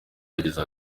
yagize